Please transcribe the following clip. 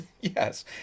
Yes